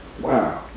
Wow